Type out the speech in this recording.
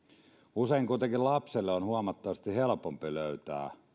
usein kuitenkin lapselle on huomattavasti helpompi löytää